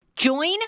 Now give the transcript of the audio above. Join